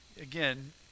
again